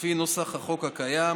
לפי נוסח החוק הקיים